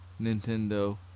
Nintendo